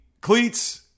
cleats